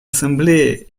ассамблеи